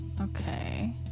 Okay